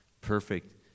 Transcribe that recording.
perfect